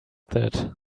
that